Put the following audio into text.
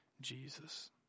Jesus